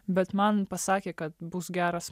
bet man pasakė kad bus geras